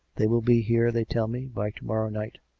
they will be here, they tell me, by to-morrow night.